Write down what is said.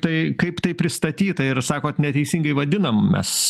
tai kaip tai pristatyta ir sakot neteisingai vadinam mes